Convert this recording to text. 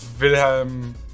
Wilhelm